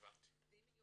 הבנתי.